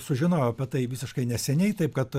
sužinojau apie tai visiškai neseniai taip kad